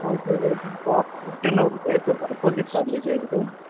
ಹಾಂ ಸರ್ ಸ್ವಲ್ಪ ಹೊಟ್ಟೆ ನೋವಿದೆ ಸೊ ಬರಬೋದಿತ್ತ ಅಲ್ಲಿಗೆ ಈಗ